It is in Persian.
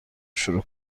شروع